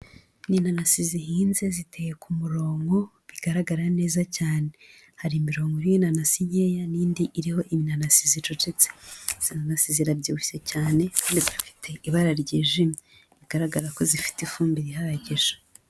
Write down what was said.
Ni inanasi zihinze ziteye ku murongo bigaragara neza cyane. Hari imirongo iriho inanasi nkeya n'indi iriho inanasi zicucitse, izo nanasi zirabyibushye cyane kandi zifite ibara ryijimye bigaragara ko zifite ifumbire ihagije.